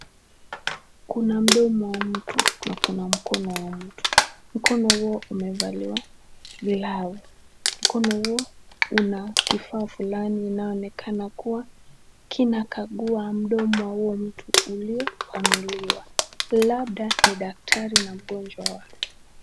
Kuna mdomo wa mtu na kuna mkono wa mtu. Mkono huo umevalia glavu. Mkono huo una kifaa fulani kinachoonekana kuwa kinakagua mdomo wa huyo mtu uliopanuliwa, labda ni daktari na mgonjwa wake.